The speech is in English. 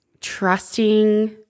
trusting